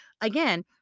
Again